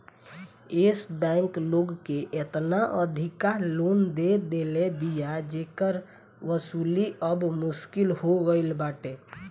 एश bank लोग के एतना अधिका लोन दे देले बिया जेकर वसूली अब मुश्किल हो गईल बाटे